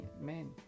men